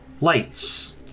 lights